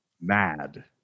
mad